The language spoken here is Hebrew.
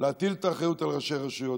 להטיל את האחריות על ראשי רשויות.